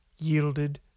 yielded